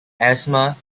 asthma